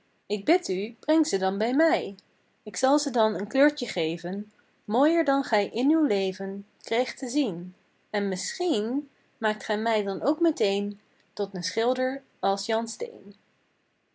k bid u breng ze dan bij mij k zal ze dan een kleurtje geven mooier dan gij in uw leven kreegt te zien en misschien maakt gij mij dan ook meteen tot een schilder als jan